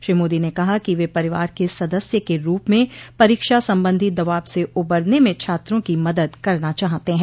श्री मोदी ने कहा कि वे परिवार के सदस्य के रूप में परीक्षा संबंधी दबाव से उबरने में छात्रों की मदद करना चाहते हैं